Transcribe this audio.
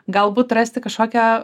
galbūt rasti kažkokią